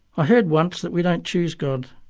i heard once that we don't choose god,